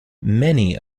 many